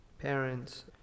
Parents